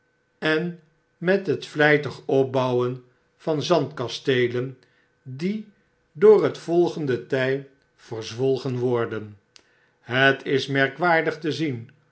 en met het vlijtig opbouwen van zandkasteelen die door het volgende ty verzwolgen worden het is merkwaardig te zien